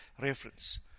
reference